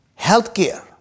healthcare